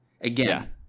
again